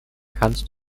kannst